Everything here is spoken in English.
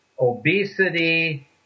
Obesity